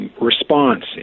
Response